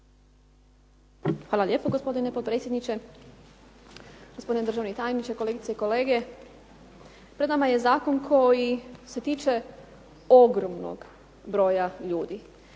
Hvala lijepo gospodine potpredsjedniče, gospodine državni tajniče, kolegice i kolege. Pred nama je zakon koji se tiče ogromnog broja ljudi